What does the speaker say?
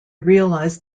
realised